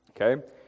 Okay